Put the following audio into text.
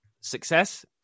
success